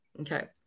Okay